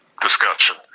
discussion